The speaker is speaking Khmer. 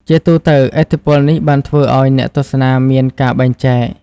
ជាទូទៅ ឥទ្ធិពលនេះបានធ្វើឱ្យអ្នកទស្សនាមានការបែងចែក។